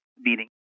meaning